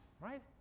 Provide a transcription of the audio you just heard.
right